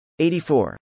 84